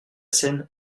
scène